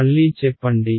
మళ్లీ చెప్పండి